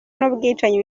n’ubwicanyi